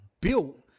built